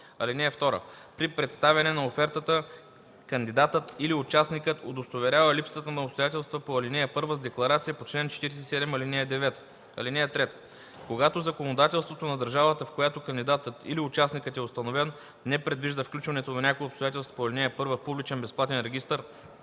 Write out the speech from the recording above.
2. (2) При представяне на офертата кандидатът или участникът удостоверява липсата на обстоятелствата по ал. 1 с декларацията по чл. 47, ал. 9. (3) Когато законодателството на държавата, в която кандидатът или участникът е установен, не предвижда включването на някое от обстоятелствата по ал. 1 в публичен безплатен регистър